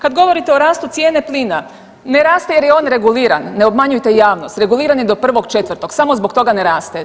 Kad govorite o rastu cijene plina, ne raste jer je on reguliran, ne obmanjujte javnost, reguliran je do 1.4. samo zbog toga ne raste.